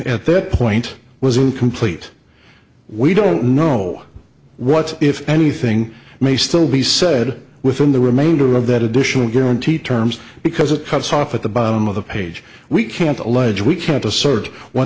at that point was incomplete we don't know what if anything may still be said within the remainder of that additional guarantee terms because it cuts off at the bottom of the page we can't